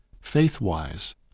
faith-wise